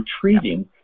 treating